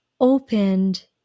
opened